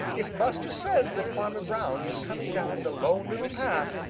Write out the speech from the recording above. if buster says that farmer brown is coming down the lone little path,